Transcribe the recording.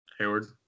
Hayward